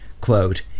quote